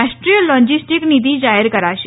રાષ્ટ્રીય લોજિસ્ટિક નીતિ જાહેર કરાશે